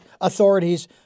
authorities